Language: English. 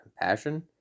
compassion